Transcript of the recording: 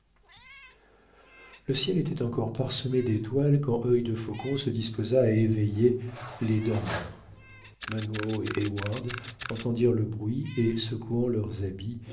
le ciel était encore parsemé d'étoiles quand œil de faucon se disposa à éveiller les dormeurs munro et heyward entendirent le bruit et secouant leurs habits